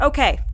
Okay